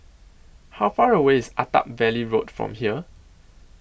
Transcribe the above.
How Far away IS Attap Valley Road from here